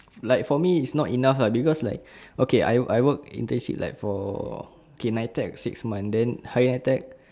like for me it's not enough ah because like okay I work I work internship like okay N_I_T_E_C six months then higher N_I_T_E_C